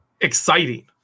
exciting